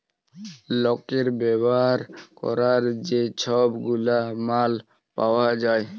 লকের ব্যাভার ক্যরার যে ছব গুলা মাল পাউয়া যায়